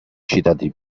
citati